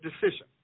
decision